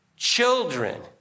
Children